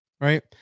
right